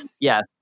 Yes